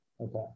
Okay